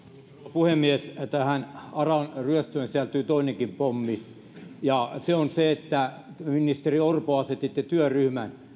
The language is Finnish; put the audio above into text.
puhemies tähän aran ryöstöön sisältyy toinenkin pommi ja se on se että ministeri orpo asetitte työryhmän